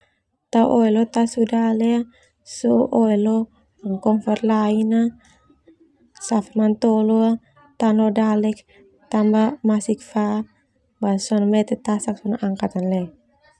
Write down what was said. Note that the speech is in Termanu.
Tao oe lo tasu dale safe mantolo tao leo oe dale tao masik fa basa sona mete tasak sona angkat leo.